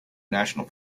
national